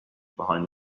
behind